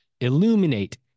Illuminate